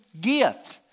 gift